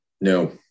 No